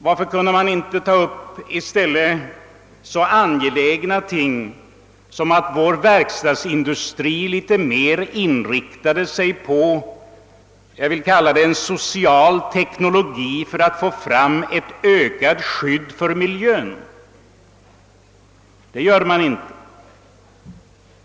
Varför kunde man inte i stället ta upp en så angelägen fråga som att vår verkstadsindustri något mer kunde inrikta sig på en »social teknologi» för att åstadkomma ett ökat skydd för miljön? Det gör man inte.